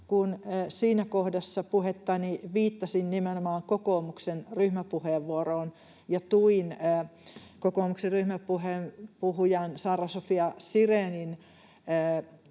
kun siinä kohdassa puhettani viittasin nimenomaan kokoomuksen ryhmäpuheenvuoroon ja tuin kokoomuksen ryhmäpuhujan Saara-Sofia Sirénin